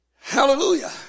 Hallelujah